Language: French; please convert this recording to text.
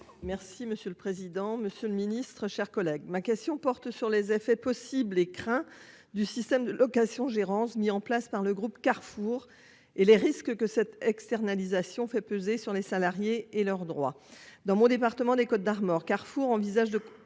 et numérique. Monsieur le ministre, ma question porte sur les effets possibles et redoutés du système de location-gérance mis en place par le groupe Carrefour et les risques que cette externalisation fait peser sur les salariés et sur leurs droits. Dans le département des Côtes-d'Armor, Carrefour envisage de